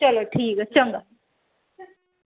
चलो ठीक ऐ चंगा